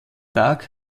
tag